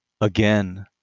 Again